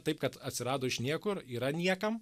taip kad atsirado iš niekur yra niekam